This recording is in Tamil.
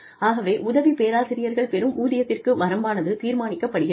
ஆகவே உதவி பேராசிரியர்கள் பெறும் ஊதியத்திற்கு வரம்பானது தீர்மானிக்கப்படுகிறது